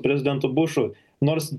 prezidentu bušu nors